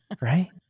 Right